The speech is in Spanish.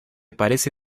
parece